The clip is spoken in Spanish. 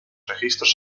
registros